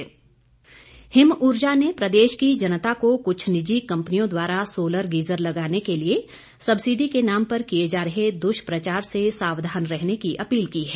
him Urja Him Urja ने प्रदेश की जनता को कुछ निजी कंपनियों द्वारा सोलर गीजर लगाने के लिए सब्सिडी के नाम पर किए जा रहे दुष्प्रचार से सावधान रहने की अपील की है